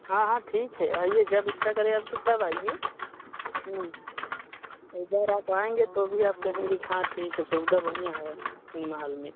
हाँ हाँ ठीक है आइए जब इच्छा करे आपकी तब आइए अगर आप आएँगे तो भी आप कहेंगे कि हाँ ठीक है सुविधा बढ़िया है सिनेमा हॉल में